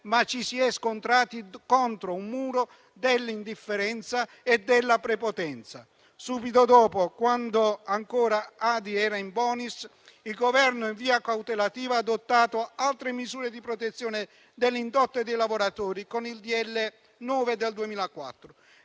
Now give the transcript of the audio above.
ma ci si è scontrati contro il muro dell'indifferenza e della prepotenza. Subito dopo, quando ancora AdI era *in* *bonis*, il Governo, in via cautelativa, ha adottato altre misure di protezione dell'indotto e dei lavoratori con il decreto-legge